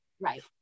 Right